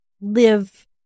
live